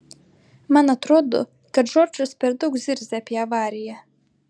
man atrodo kad džordžas per daug zirzia apie avariją